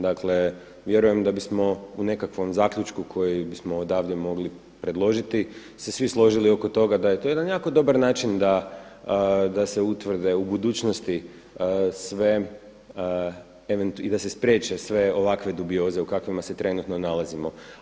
Dakle, vjerujem da bismo u nekakvom zaključku koji bismo odavde mogli predložiti se svi složili oko toga da je to jedan jako dobar način da se utvrde u budućnosti sve i da se spriječe sve ovakve dubioze o kakvima se trenutno nalazimo.